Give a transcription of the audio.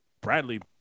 Bradley